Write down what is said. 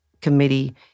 committee